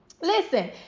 Listen